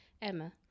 Emma